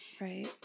right